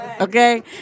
okay